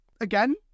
Again